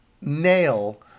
nail